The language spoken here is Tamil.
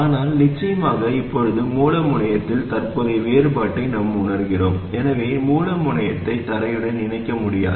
ஆனால் நிச்சயமாக இப்போது மூல முனையத்தில் தற்போதைய வேறுபாட்டை நாம் உணர்கிறோம் எனவே மூல முனையத்தை தரையுடன் இணைக்க முடியாது